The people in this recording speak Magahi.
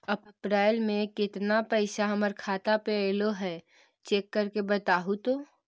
अप्रैल में केतना पैसा हमर खाता पर अएलो है चेक कर के बताहू तो?